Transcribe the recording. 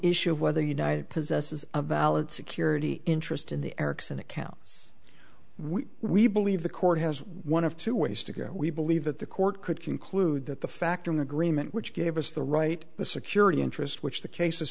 issue of whether united possesses a valid security interest in the erikson accounts which we believe the court has one of two ways to go we believe that the court could conclude that the factor in the agreement which gave us the right the security interest which the case